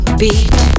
beat